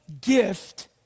gift